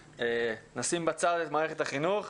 נשים בצד את מערכת החינוך,